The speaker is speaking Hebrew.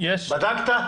בדקת?